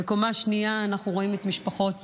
בקומה השנייה אנחנו רואים את משפחות